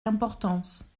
importance